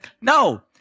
No